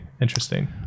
interesting